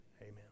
Amen